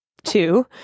two